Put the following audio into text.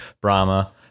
Brahma